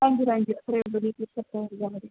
thank you thank you അത്രേയുള്ളു details അത്രയും അറിഞ്ഞാൽ മതി